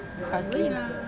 fazlin